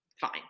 Fine